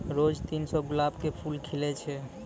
रोज तीन सौ गुलाब के फूल खिलै छै